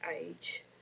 age